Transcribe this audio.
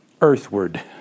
earthward